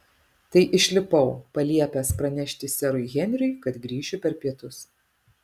tai išlipau paliepęs pranešti serui henriui kad grįšiu per pietus